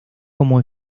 como